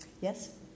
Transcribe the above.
Yes